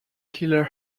killer